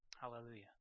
Hallelujah